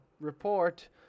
report